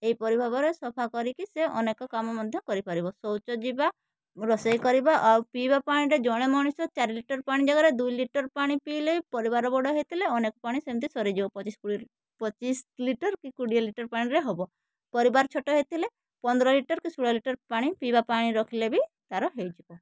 ଏହିପରି ଭାବରେ ସଫା କରିକି ସେ ଅନେକ କାମ ମଧ୍ୟ କରିପାରିବ ଶୌଚ ଯିବା ରୋଷେଇ କରିବା ଆଉ ପିଇବା ପାଣିରେ ଜଣେ ମଣିଷ ଚାରି ଲିଟର ପାଣି ଜାଗାରେ ଦୁଇ ଲିଟର ପାଣି ପିଇଲେ ପରିବାର ବଡ଼ ହେଇଥିଲେ ଅନେକ ପାଣି ସେମିତି ସରିଯିବ ପଚିଶ କୋଡ଼ିଏ ପଚିଶ ଲିଟର କି କୋଡ଼ିଏ ଲିଟର ପାଣିରେ ହେବ ପରିବାର ଛୋଟ ହେଇଥିଲେ ପନ୍ଦର ଲିଟର କି ଷୋଳ ଲିଟର ପାଣି ପିଇବା ପାଣି ରଖିଲେବି ତାର ହେଇଯିବ